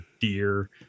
deer